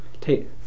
Tate